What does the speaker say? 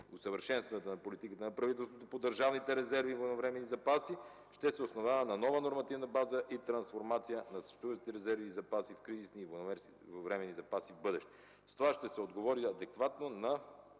Усъвършенстването на политиката на правителството по държавните резерви и военновременните запаси ще се основава на нова нормативна база и трансформация на съществуващите резерви и запаси в кризисни и военновременни запаси в бъдеще. С това ще се отговори адекватно на